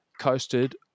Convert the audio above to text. coasted